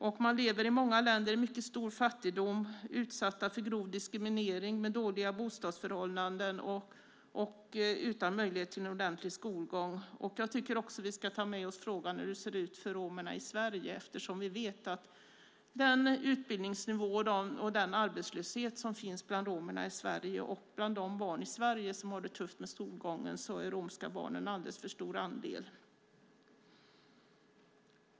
De lever i många länder i mycket stor fattigdom, utsatta för grov diskriminering, med dåliga bostadsförhållanden och utan möjlighet till en ordentlig skolgång. Jag tycker att vi också ska ta med oss frågan om hur det ser ut för romerna i Sverige, eftersom vi vet att det är en låg utbildningsnivå och hög arbetslöshet bland romerna i Sverige och att av de barn i Sverige som har det tufft med skolgången är de romska barnen en alldeles för stor andel.